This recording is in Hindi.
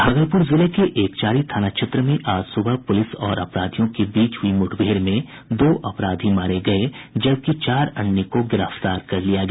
भागलपूर जिले के एकचारी थाना क्षेत्र में आज सूबह पूलिस और अपराधियों के बीच हुई मुठभेड़ में दो अपराधी मारे गये जबकि चार अन्य को गिरफ्तार कर लिया गया